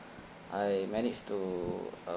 I manage to uh